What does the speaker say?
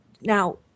now